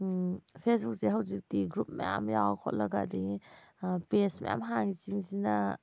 ꯐꯦꯁꯕꯨꯛꯁꯦ ꯍꯧꯖꯤꯛꯇꯤ ꯒ꯭ꯔꯨꯞ ꯃꯌꯥꯝ ꯌꯥꯎꯔ ꯈꯣꯠꯂꯒ ꯑꯗꯒꯤ ꯄꯦꯖ ꯃꯌꯥꯝ ꯍꯥꯡꯉꯤꯁꯤꯡꯁꯤꯅ